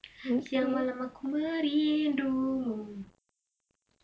siang malam aku merindumu